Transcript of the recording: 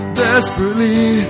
desperately